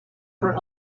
for